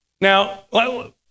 Now